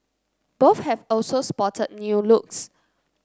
both have also spotted new looks